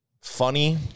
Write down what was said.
funny